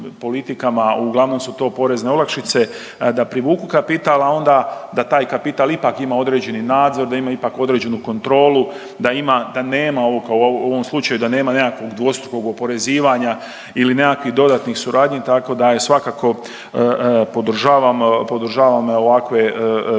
uglavnom su to porezne olakšice da privuku kapital, a onda da taj kapital ipak ima određeni nadzor, da ima ipak određenu kontrolu, u ovom slučaju da nema nekakvog dvostrukog oporezivanja ili nekakvih dodatnih suradnji. Tako da ja svakako podržavam ovakve međunarodne